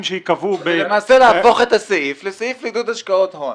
שייקבעו --- למעשה להפוך את הסעיף לסעיף עידוד השקעות הון,